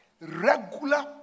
regular